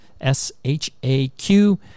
S-H-A-Q